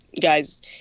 guys